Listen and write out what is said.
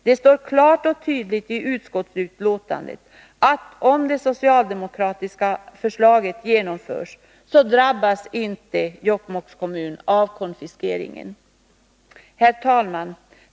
Det står klart och tydligt i utskottsbetänkandet, att om det socialdemokratiska förslaget genomförs, drabbas inte Jokkmokks kommun av konfiskeringen. Fru talman!